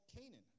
Canaan